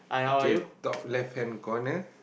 okay top left hand corner